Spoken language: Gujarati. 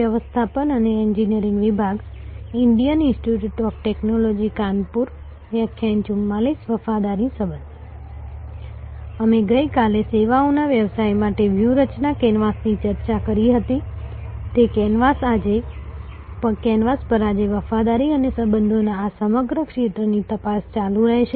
વફાદારી સંબંધ અમે ગઈકાલે સેવાઓના વ્યવસાય માટે વ્યૂહરચના કેનવાસની ચર્ચા કરી હતી તે કેનવાસ પર આજે વફાદારી અને સંબંધોના આ સમગ્ર ક્ષેત્રની તપાસ ચાલુ રહેશે